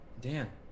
Dan